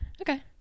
Okay